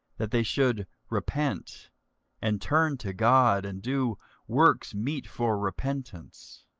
that they should repent and turn to god, and do works meet for repentance.